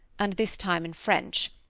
and this time in french,